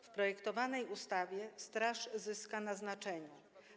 W projektowanej ustawie straż zyska na znaczeniu.